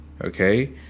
okay